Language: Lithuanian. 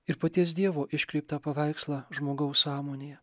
ir paties dievo iškreiptą paveikslą žmogaus sąmonėje